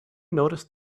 notice